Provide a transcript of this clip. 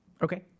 Okay